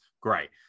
Great